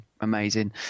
amazing